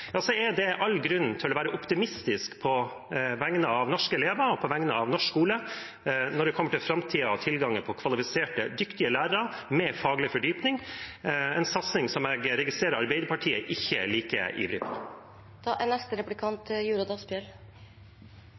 er det all grunn til å være optimistisk på vegne av norske elever og norsk skole når det kommer til framtiden og tilgangen på kvalifiserte, dyktige lærere med faglig fordypning – en satsing jeg registrerer at Arbeiderpartiet ikke er like ivrig